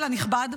הנכבד,